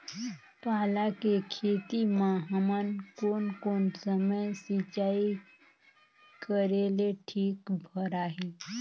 पाला के खेती मां हमन कोन कोन समय सिंचाई करेले ठीक भराही?